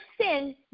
sin